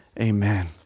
Amen